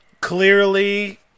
clearly